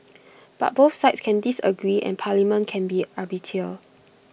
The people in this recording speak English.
but both sides can disagree and parliament can be arbiter